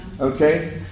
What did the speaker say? okay